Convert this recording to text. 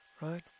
right